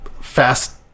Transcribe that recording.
fast